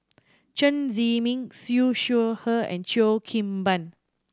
Chen Zhiming Siew Shaw Her and Cheo Kim Ban